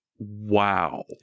Wow